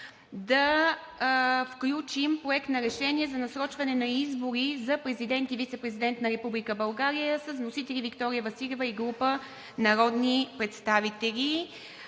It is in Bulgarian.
да включим Проекта на решение за насрочване на избори за Президент и Вицепрезидент на Република България – с вносители Виктория Василева и група народни представители.